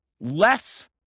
less